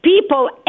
people